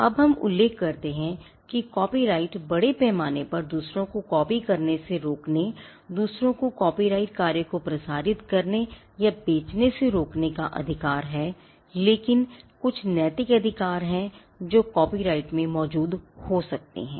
अब हम उल्लेख करते हैं कि कॉपीराइट बड़े पैमाने पर दूसरों को कॉपी करने से रोकने दूसरों को कॉपीराइट कार्य को प्रसारित करने या बेचने से रोकने का अधिकार है लेकिन कुछ नैतिक अधिकार हैं जो कॉपीराइट में मौजूद हो सकते हैं